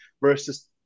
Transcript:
versus